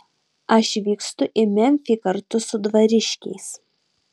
aš vykstu į memfį kartu su dvariškiais